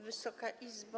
Wysoka Izbo!